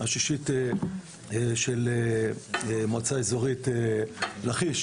השישית היא של המועצה האזורית לכיש.